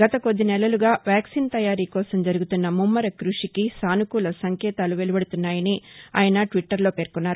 గత కొద్ది నెలలుగా వ్యాక్సిన్ తయారీ కోసం జరుగుతున్న ముమ్మర క్బషికి సాసుకూల సంకేతాలు వెలువదుతున్నాయని ఆయన ట్విట్టర్లో పేర్కొన్నారు